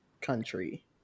country